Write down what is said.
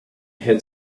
had